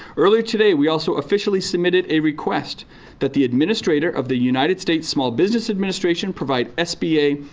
earlier today we also officially submitted a request that the administrator of the united states small business administration provide s b a.